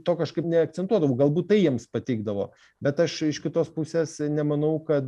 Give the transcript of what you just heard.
to kažkaip neakcentuodavau galbūt tai jiems patikdavo bet aš iš kitos pusės nemanau kad